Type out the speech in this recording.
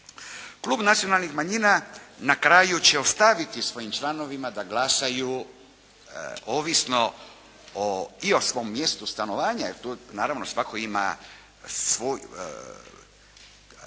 Klub Nacionalnih manjina na kraju će ostaviti svojim članovima da glasuju ovisno i o svom mjestu stanovanja jer naravno svatko ima svoj,